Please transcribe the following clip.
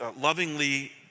lovingly